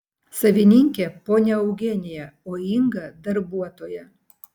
savininkė ponia eugenija o inga darbuotoja